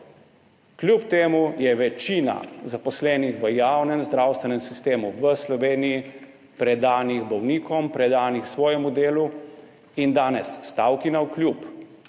kljub temu je večina zaposlenih v javnem zdravstvenem sistemu v Sloveniji predanih bolnikom, predanih svojemu delu in danes stavki navkljub